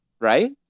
Right